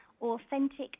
Authentic